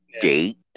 date